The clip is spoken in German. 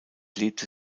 lebte